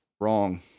wrong